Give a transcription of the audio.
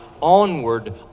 onward